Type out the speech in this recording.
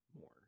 more